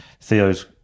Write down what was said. theo's